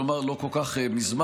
כלומר לא כל כך מזמן.